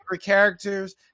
characters